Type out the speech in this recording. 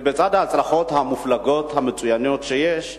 בצד ההצלחות המופלגות והמצוינות שיש,